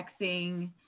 texting